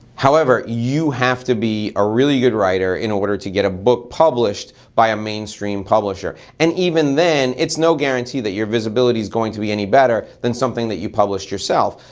however, you have to be a really good writer in order to get a book published by a mainstream publisher. and even then, it's no guarantee that your visibility's going to be any better than something you published yourself.